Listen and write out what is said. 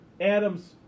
Adam's